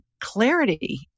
clarity